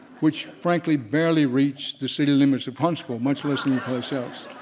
which frankly barely reached the city limits of huntsville much less anyplace else.